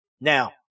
Now